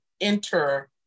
enter